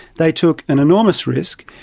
they took an enormous risk,